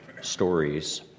stories